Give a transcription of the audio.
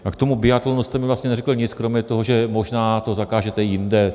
A k tomu biatlonu jste mi vlastně neřekl nic kromě toho, že možná to zakážete jinde.